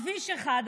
בכביש 1,